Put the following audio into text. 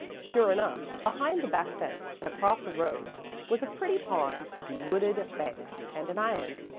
sure enough, behind the back fence and across a road was a pretty pond, with wooded banks and an island,